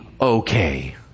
okay